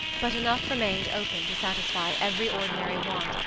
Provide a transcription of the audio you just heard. but enough remained open to satisfy every ordinary want,